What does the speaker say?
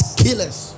killers